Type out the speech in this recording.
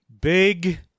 big